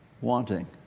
wanting